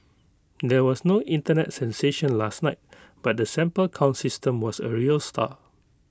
there was no Internet sensation last night but the sample count system was A real star